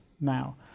now